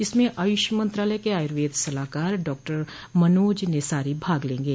इसमें आयुष मंत्रालय के आयुर्वेद सलाहकार डॉक्टर मनोज नेसारी भाग लेंगे